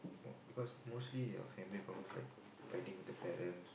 because mostly they are family problems like fighting with their parents